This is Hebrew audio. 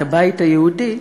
את הבית היהודי,